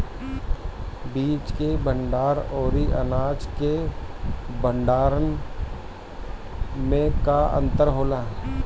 बीज के भंडार औरी अनाज के भंडारन में का अंतर होला?